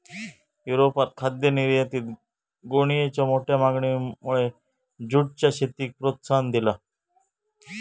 युरोपात खाद्य निर्यातीत गोणीयेंच्या मोठ्या मागणीमुळे जूटच्या शेतीक प्रोत्साहन दिला